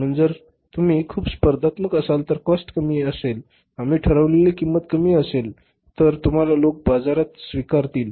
म्हणून जर तुम्ही खूप स्पर्धात्मक असाल जर cost कमी असेल आम्ही ठरवलेली किंमत कमी असेल तर तुम्हाला लोक बाजारात स्वीकारतील